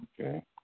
Okay